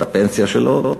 את הפנסיה שלו,